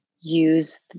use